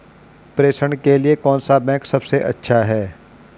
प्रेषण के लिए कौन सा बैंक सबसे अच्छा है?